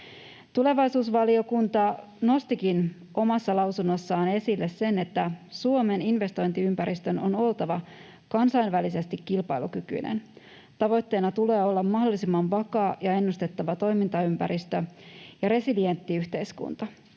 Tulevaisuusvaliokunta nostikin omassa lausunnossaan esille sen, että Suomen investointiympäristön on oltava kansainvälisesti kilpailukykyinen. Tavoitteena tulee olla mahdollisimman vakaa ja ennustettava toimintaympäristö ja resilientti yhteiskunta.